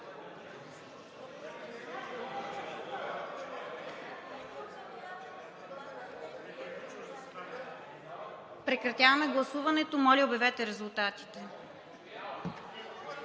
Прекратявам гласуването! Моля, обявете резултатите!